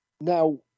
Now